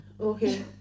Okay